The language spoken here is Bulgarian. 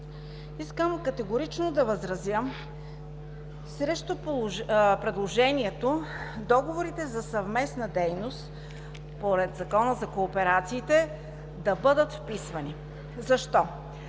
Категорично възразявам срещу предложението договорите за съвместна дейност, според Закона за кооперациите, да бъдат вписвани. Защо?